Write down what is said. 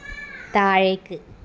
താഴേക്ക്